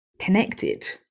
connected